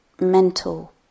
mental